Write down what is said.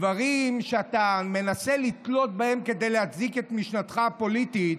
דברים שאתה מנסה להיתלות בהם כדי להצדיק את משנתך הפוליטית,